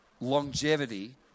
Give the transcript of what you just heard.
longevity